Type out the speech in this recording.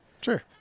sure